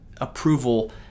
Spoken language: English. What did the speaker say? approval